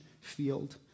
field